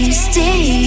stay